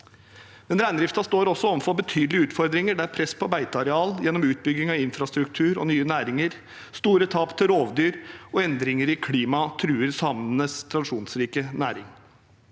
men reindriften står også overfor betydelige utfordringer, der press på beiteareal gjennom utbygging av infrastruktur og nye næringer, store tap til rovdyr og endringer i klimaet truer samenes tradisjonsrike næringer.